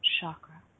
chakra